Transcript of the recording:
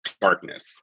darkness